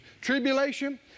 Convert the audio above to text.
tribulation